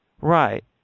Right